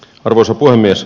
arvoisa puhemies